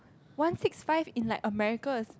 one six five in like America